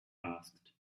asked